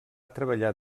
treballar